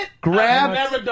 Grab